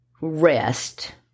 rest